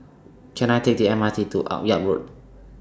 Can I Take The M R T to Akyab Road